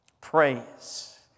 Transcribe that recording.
Praise